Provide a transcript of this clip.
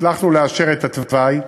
שהצלחנו לאשר את התוואי.